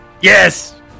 Yes